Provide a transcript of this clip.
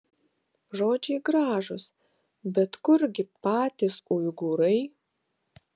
žodžiai gražūs bet kurgi patys uigūrai